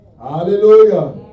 Hallelujah